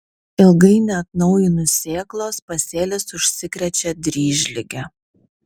ilgai neatnaujinus sėklos pasėlis užsikrečia dryžlige